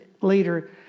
later